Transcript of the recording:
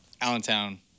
Allentown